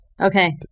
Okay